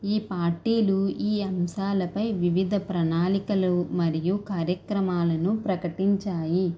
ఈ పార్టీలు ఈ అంశాలపై వివిధ ప్రణాళికలు మరియు కార్యక్రమాలను ప్రకటించాయి